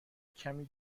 کمی